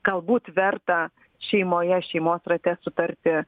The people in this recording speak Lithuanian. galbūt verta šeimoje šeimos rate sutarti